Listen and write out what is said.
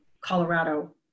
Colorado